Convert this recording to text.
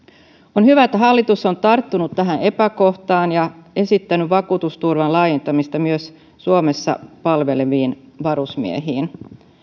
on hyvä että hallitus on tarttunut tähän epäkohtaan ja esittänyt vakuutusturvan laajentamista myös suomessa palveleviin varusmiehiin